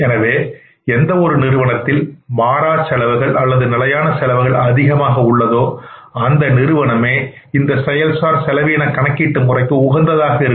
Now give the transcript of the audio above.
எனவே எந்த ஒரு நிறுவனத்தில் மாறா செலவுகள் அல்லது நிலையான செலவுகள் அதிகமாக உள்ளதோ அந்த நிறுவனமே இந்த செயல் சார் செலவின கணக்கீட்டு முறைக்கு உகந்ததாக இருக்கும்